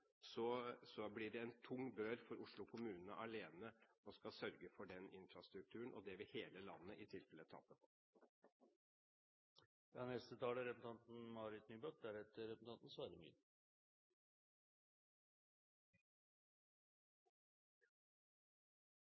blir det en tung bør for Oslo kommune alene å skulle sørge for den infrastrukturen. Det vil i så fall hele landet